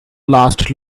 last